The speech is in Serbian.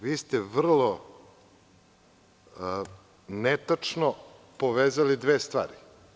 Vi ste vrlo netačno povezali dve stvari.